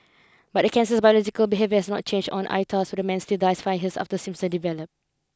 but the cancer's biological behaviour not changed on so the man still dies five his after symptoms develop